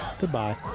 goodbye